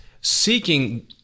seeking